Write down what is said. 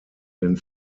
den